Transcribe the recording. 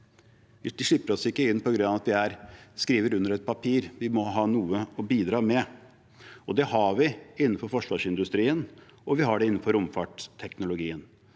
De slipper oss ikke inn på grunn av at vi skriver under på et papir. Vi må ha noe å bidra med. Det har vi innenfor forsvarsindustrien, og vi har det innenfor romfartsteknologien.